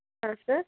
ಹಾಂ ಸರ್